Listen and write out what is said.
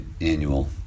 annual